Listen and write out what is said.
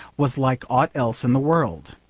was like aught else in the world!